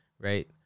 right